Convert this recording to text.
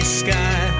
sky